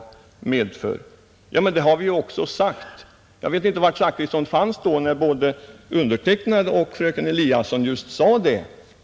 Det har även vi sagt. Jag vet inte var herr Zachrisson fanns när både jag och fröken Eliasson sade det.